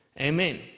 Amen